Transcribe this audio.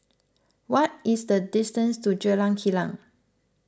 what is the distance to Jalan Kilang